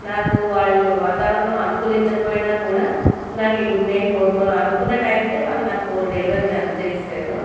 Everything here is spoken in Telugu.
నాకు వాళ్ళు వాతావరణం అనుకూలించకపోయినా కూడా నాకు నేను కోరుకున్న అనుకున్న టైంకె వాళ్ళు నాకు డెలివరీని అందజేశారు